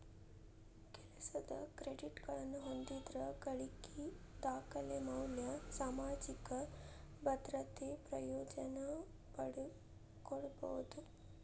ಕೆಲಸದ್ ಕ್ರೆಡಿಟ್ಗಳನ್ನ ಹೊಂದಿದ್ರ ಗಳಿಕಿ ದಾಖಲೆಮ್ಯಾಲೆ ಸಾಮಾಜಿಕ ಭದ್ರತೆ ಪ್ರಯೋಜನ ಪಡ್ಕೋಬೋದು